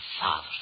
father